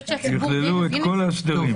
שיכללו את כל ההסדרים.